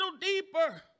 deeper